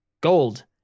gold